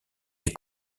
des